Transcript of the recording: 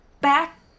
back